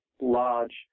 large